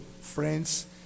friends